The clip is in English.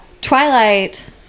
Twilight